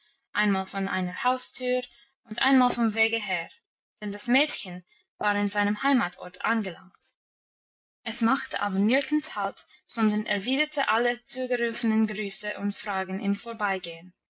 einmal von einer haustür und einmal vom wege her denn das mädchen war in seinem heimatort angelangt es machte aber nirgends halt sondern erwiderte alle zugerufenen grüße und fragen im vorbeigehen